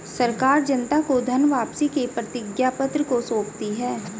सरकार जनता को धन वापसी के प्रतिज्ञापत्र को सौंपती है